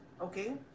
okay